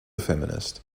feminist